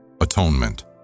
Atonement